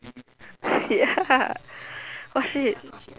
ya shit